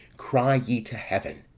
cry ye to heaven,